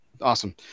Awesome